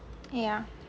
yeah